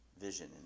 vision